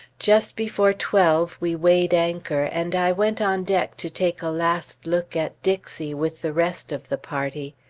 just before twelve we weighed anchor and i went on deck to take a last look at dixie with the rest of the party.